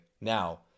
Now